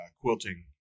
quilting